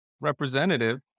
representative